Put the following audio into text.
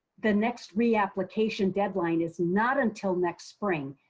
the next reapplication deadline is not until next spring.